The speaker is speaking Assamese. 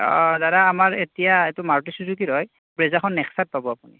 দাদা আমাৰ এতিয়া এইটো মাৰুতি চুজুকীৰ হয় ব্ৰেজাৰখন নেক্সাত পাব আপুনি